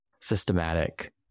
systematic